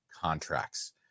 contracts